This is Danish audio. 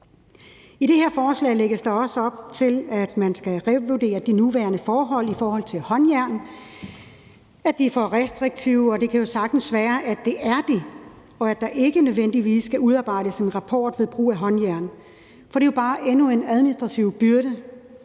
I det her forslag lægges der også op til, at man skal revurdere de nuværende forhold ved brugen af håndjern – er de for restriktive? Og det kan jo sagtens være, at de er det, og at der ikke nødvendigvis skal udarbejdes en rapport ved brug af håndjern. For det er jo bare endnu en administrativ byrde,